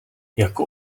jako